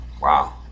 Wow